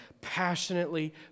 passionately